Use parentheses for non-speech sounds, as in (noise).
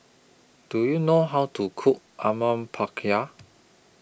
Do YOU know How to Cook (unintelligible)